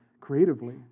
creatively